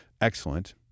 excellent